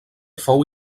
fou